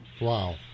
Wow